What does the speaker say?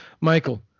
Michael